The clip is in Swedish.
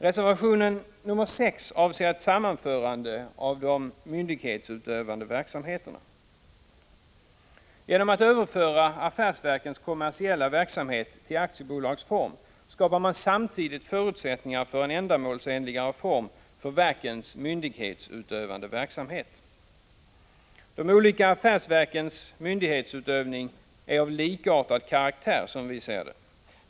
Reservation 6 avser ett sammanförande av de myndighetsutövande verksamheterna. Genom att överföra affärsverkens kommersiella verksamhet till aktiebolagsform skapar man samtidigt förutsättningar för en ändamålsenligare form för verkens myndighetsutövande verksamhet. De olika affärsverkens myndighetsutövning är, som vi ser det, av likartad karaktär.